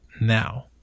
now